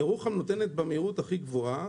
ירוחם נותנת במהירות הכי גבוהה.